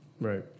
Right